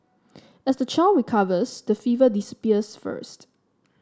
as the child recovers the fever disappears first